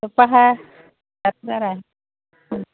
तर पहा हात बारा